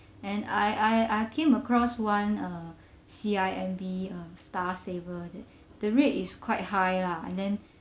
and I I uh I came across one uh C_I_M_B um star saver th~ the rate is quite high lah and then